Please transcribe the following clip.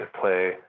play